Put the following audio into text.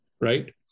right